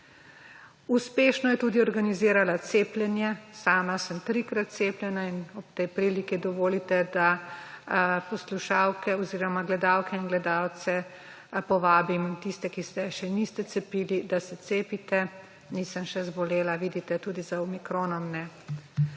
Uspešno je tudi organizirala cepljenje. Sama sem trikrat cepljena in ob tej priliki dovolite, da gledalke in gledalce povabim, tiste, ki se še niste cepili, da se cepite. Nisem še zbolela, vidite, tudi za omikronom